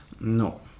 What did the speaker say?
No